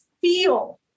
feel